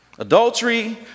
Adultery